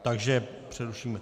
Takže přerušíme.